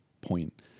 point